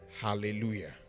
Hallelujah